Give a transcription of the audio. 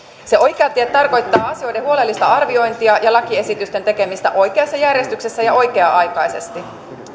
se oikea ote tarkoittaa asioiden huolellista arviointia ja lakiesitysten tekemistä oikeassa järjestyksessä ja oikea aikaisesti